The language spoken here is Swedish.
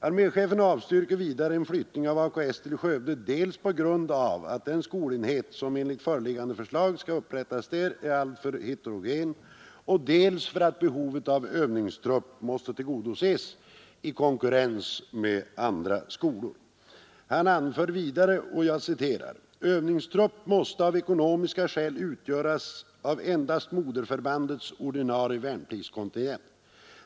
Arméchefen avstyrker vidare en flyttning av AKS till Skövde dels på grund av att den skola som enligt föreliggande förslag skall uppsättas där är alltför heterogen, dels för att behovet av övningstrupp måste tillgodoses i konkurrens med andra skolor. Han anför vidare: Övningstrupp måste av ekonomiska skäl utgöras av endast moderförbandets ordinarie värnpliktskontingent.